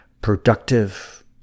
productive